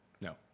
No